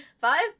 Five